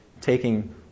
taking